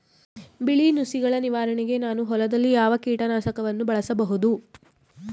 ಬಿಳಿ ನುಸಿಗಳ ನಿವಾರಣೆಗೆ ನಾನು ಹೊಲದಲ್ಲಿ ಯಾವ ಕೀಟ ನಾಶಕವನ್ನು ಬಳಸಬಹುದು?